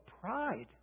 pride